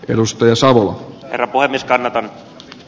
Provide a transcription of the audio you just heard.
edustaja saapuu herkullista rt